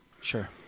Sure